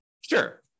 Sure